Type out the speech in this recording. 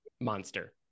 Monster